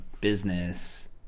business